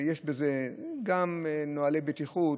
יש בזה גם נוהלי בטיחות,